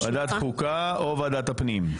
ועדת חוקה או ועדת הפנים.